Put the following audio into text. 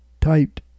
typed